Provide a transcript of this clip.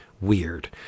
weird